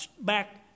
back